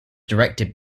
directed